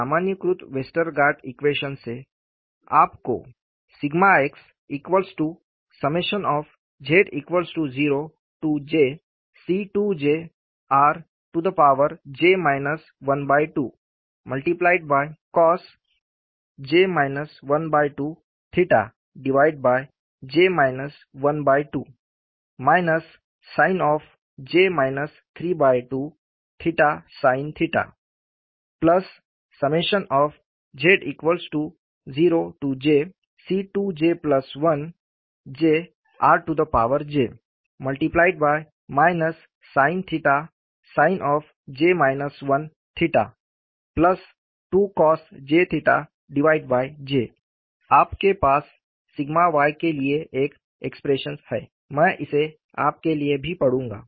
सामान्यीकृत Westergaard equation से आपको xj0jC2jr j 12cosj 12 sinj 32sinj0jC2j1 jrj sinsin2cosjj आपके पास y के लिए एक एक्सप्रेशन्स है मैं इसे आपके लिए भी पढ़ूंगा